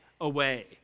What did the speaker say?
away